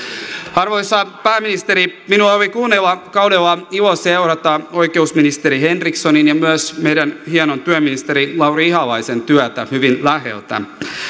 arvoisa pääministeri minulla oli kuluneella kaudella ilo seurata oikeusministeri henrikssonin ja myös meidän hienon työministeri lauri ihalaisen työtä hyvin läheltä